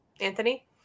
Anthony